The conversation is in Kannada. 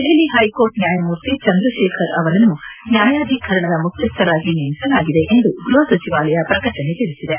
ದೆಹಲಿ ಹೈಕೋರ್ಟ್ ನ್ವಾಯಮೂರ್ತಿ ಚಂದ್ರತೇಖರ್ ಅವರನ್ನು ನ್ವಾಯಾಧಿಕರಣದ ಮುಖ್ಯಸ್ವರಾಗಿ ನೇಮಿಸಲಾಗಿದೆ ಎಂದು ಗ್ಬಹ ಸಚಿವಾಲಯದ ಪ್ರಕಟಣೆ ತಿಳಿಸಿದೆ